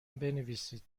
بنویسید